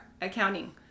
accounting